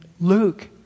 Luke